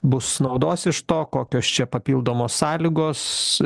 bus naudos iš to kokios čia papildomos sąlygos